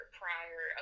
prior